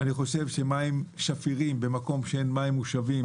אני חושב שבמקום שאין בו מים מושבים